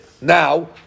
now